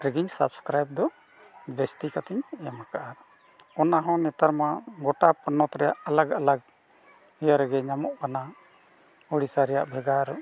ᱨᱮᱜᱮᱧ ᱥᱟᱵᱽᱥᱠᱨᱟᱭᱤᱵ ᱫᱚ ᱵᱤᱥᱛᱤ ᱠᱟᱛᱮᱧ ᱮᱢ ᱟᱠᱟᱜᱼᱟ ᱚᱱᱟ ᱦᱚᱸ ᱱᱮᱛᱟᱨᱢᱟ ᱜᱚᱴᱟ ᱯᱚᱱᱚᱛ ᱨᱮᱱᱟᱜ ᱟᱞᱟᱠ ᱟᱞᱟᱠ ᱤᱭᱟᱹ ᱨᱮᱜᱮ ᱧᱟᱢᱚᱜ ᱠᱟᱱᱟ ᱩᱲᱤᱥᱥᱟ ᱨᱮᱱᱟᱜ ᱵᱷᱮᱜᱟᱨ